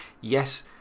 Yes